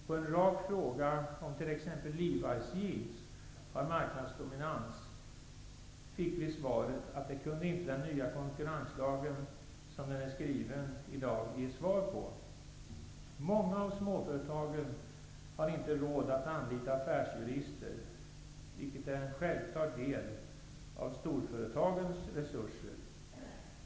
På en rak fråga om t.ex. Levisjeans har marknadsdominans, fick vi svaret att det kan inte den nya konkurrenslagen, som den är skriven i dag, ge svar på. Många småföretag har inte råd att anlita affärsjurister. De är däremot en självklar del av storföretagens resurser.